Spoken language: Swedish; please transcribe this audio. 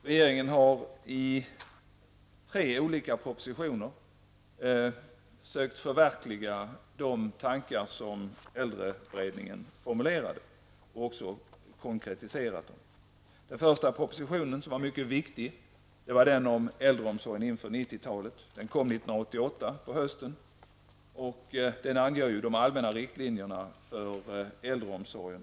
Regeringen har i tre olika propositioner försökt att förverkliga de tankar som äldreberedningen formulerade och att också konkretisera dem. Den första propositionen, som var mycket viktig, handlade om äldreomsorgen inför 90-talet. Propositionen avlämnades hösten 1988, angav och den anger de allmänna riktlinjerna för äldreomsorgen.